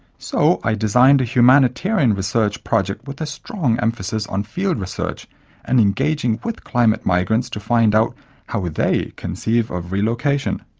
so i designed a humanitarian research project with a strong emphasis on field research and engaging with climate migrants to find out how they conceive of relocation.